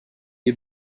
est